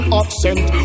accent